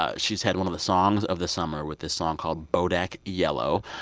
ah she's had one of the songs of the summer with this song called bodak yellow.